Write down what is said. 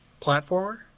platformer